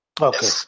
Okay